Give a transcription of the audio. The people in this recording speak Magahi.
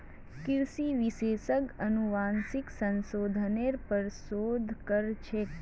कृषि विशेषज्ञ अनुवांशिक संशोधनेर पर शोध कर छेक